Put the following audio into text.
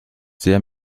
sehr